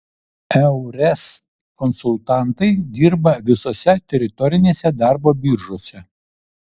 eures konsultantai dirba visose teritorinėse darbo biržose